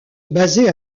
basée